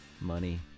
money